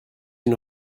une